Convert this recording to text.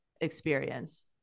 experience